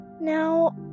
Now